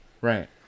Right